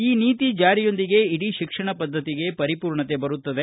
ಈ ನೀತಿ ಜಾರಿಯೊಂದಿಗೆ ಇಡೀ ಶಿಕ್ಷಣ ಪದ್ದತಿಗೆ ಪರಿಪೂರ್ಣತೆ ಬರುತ್ತದೆ